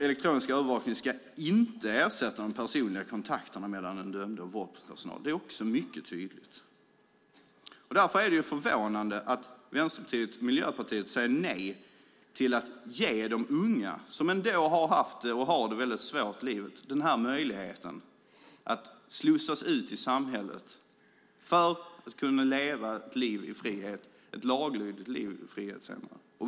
Elektronisk övervakning ska inte ersätta de personliga kontakterna mellan den dömde och vårdpersonalen. Det är mycket tydligt. Därför är det förvånande att Vänsterpartiet och Miljöpartiet säger nej till att ge de unga, som ändå har haft och har det svårt i livet, den här möjligheten att slussas ut i samhället för att kunna leva ett laglydigt liv i frihet.